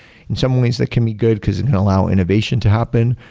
in some ways that can be good cause it can allow innovation to happen,